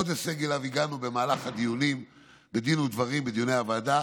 עוד הישג שאליו הגענו במהלך דין ודברים בדיוני הוועדה